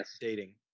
dating